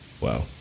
Wow